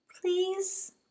please